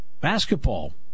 Basketball